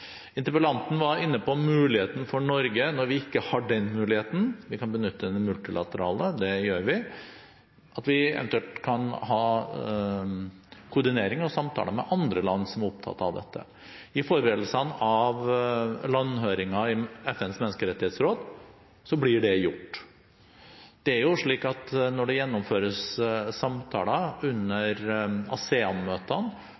Interpellanten var inne på mulighetene for Norge når vi ikke har den muligheten. Vi kan benytte den multilaterale, og det gjør vi, ved at vi eventuelt kan ha koordinering og samtaler med andre land som er opptatt av dette. I forberedelsene til landhøringer i FNs menneskerettighetsråd blir det gjort. Når det gjennomføres samtaler